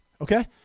okay